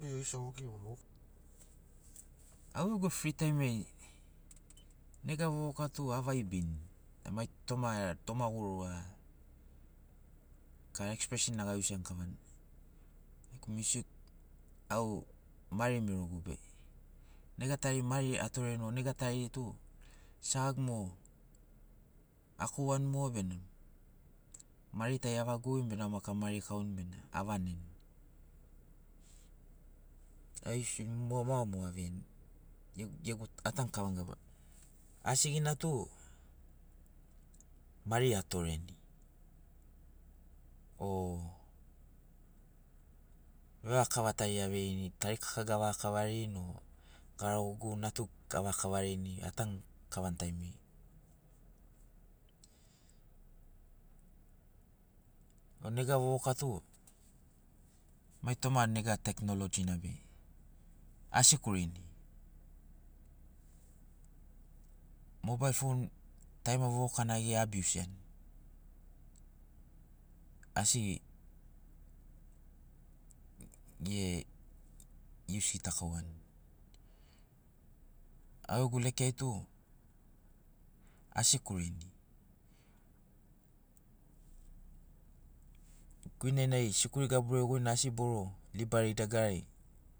Au gegu fri taim ai nega vovoka tu a vaibin mai toma era toma guru ah kara expreshen na ga iusian kavana miusik au mari merogu be nega tari mari atoren o nega tari tu sagagu mo akougauan mogo benam mari tari avaga gogirin benam au maki a mari kauni bena avanen aigesi au moga mo aveian gegi atanu kavan gabunai asigina tu mari atoreni o vevaga kava tari aveini tari kakagu avaga kavarin o garagogu natugu avaga kavarini atanu kavan taimiri o nega vovoka tu mai toma nega teknologina be asikurin mobail fon tarima vovokana ge abiusian asi ge ius gitakauan au gegu lekeai tu a sikurini guinenai sikuri gaburiai goi na asi boro libari dagarari